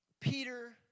Peter